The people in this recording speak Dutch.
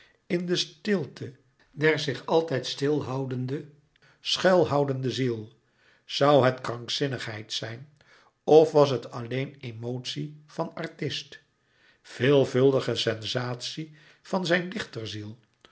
in de stilte der zich altijd stilhoudende schuilhoudende ziel zoû het krankzinnigheid zijn of was het alleen emotie van artist veelvuldige sensatie van zijn dichterziel